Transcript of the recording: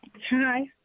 Hi